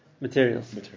materials